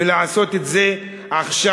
ולעשות את זה עכשיו.